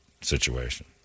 situation